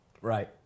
right